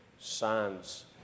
signs